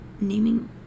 naming